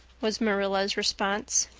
was marilla's response.